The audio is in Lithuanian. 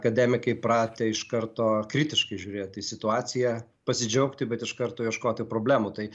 mes akademikai pratę iš karto kritiškai žiūrėti į situaciją pasidžiaugti bet iš karto ieškoti problemų tai